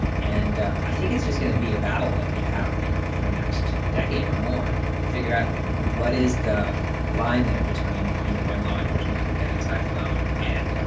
and i think it's just going to be a battle that we have, you know, over the next decade or more to figure out, like, what is the line there between, you know, when law enforcement can get inside a phone and,